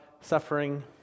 suffering